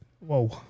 whoa